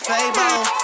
Fable